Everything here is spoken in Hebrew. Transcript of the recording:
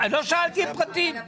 לא שאלתי פרטים.